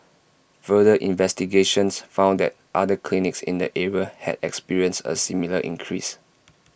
further investigations found that other clinics in the area had experienced A similar increase